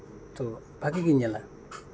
ᱛᱚ ᱵᱷᱟᱹᱜᱤ ᱜᱤᱧ ᱧᱮᱞᱟ